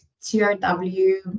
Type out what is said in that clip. TRW